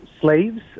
slaves